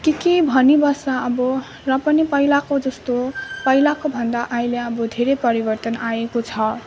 के के भनिबस्छ अब र पनि पहिलाको जस्तो पहिलाको भन्दा अहिले अब धेरै परिवर्तन आएको छ